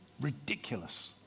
Ridiculous